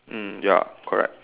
mm ya correct